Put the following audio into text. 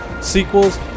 sequels